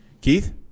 Keith